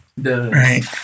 right